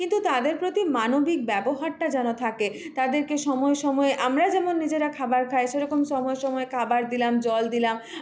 কিন্তু তাদের প্রতি মানবিক ব্যবহারটা যেন থাকে তাদেরকে সময়ে সময়ে আমরা যেমন নিজেরা খাবার খাই সেরকম সময়ে সময়ে খাবার দিলাম জল দিলাম